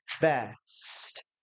best